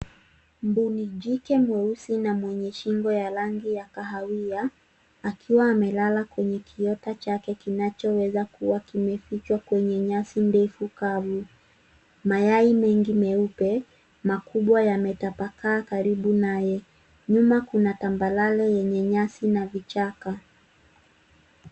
Mbuni jike mweusi na mwenye shingo ya rangi ya kahawia akiwa amelala kwenye kiota chake kinachoweza kuwa kimefichwa kwenye nyasi ndefu kavu. Mayai mengi meupe makubwa yametapakaa karibu naye. Nyuma kuna tambarare yenye nyasi na vichaka.